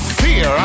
fear